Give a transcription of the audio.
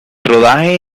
rodaje